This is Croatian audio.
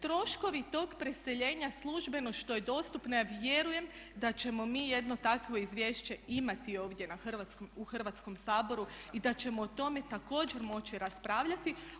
Troškovi tog preseljenja službeno što je dostupno, ja vjerujem da ćemo mi jedno takvo izvješće imati ovdje u Hrvatskom saboru i da ćemo o tome također moći raspravljati.